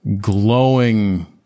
glowing